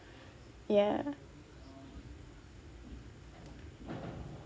ya